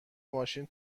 ماشین